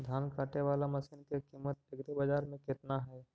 धान काटे बाला मशिन के किमत एग्रीबाजार मे कितना है?